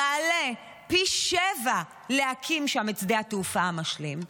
יעלה פי שבעה להקים שם את שדה התעופה המשלים.